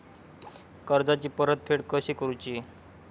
कर्जाची परतफेड कशी करूची?